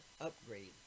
upgrade